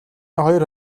хоёр